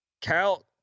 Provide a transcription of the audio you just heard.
Cal